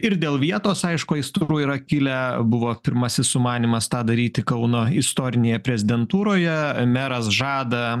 ir dėl vietos aišku aistrų yra kilę buvo pirmasis sumanymas tą daryti kauno istorinėje prezidentūroje meras žada